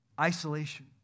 Isolation